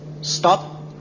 Stop